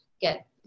get